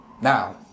Now